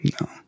No